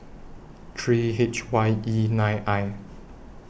three H Y E nine I